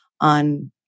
on